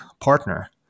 partner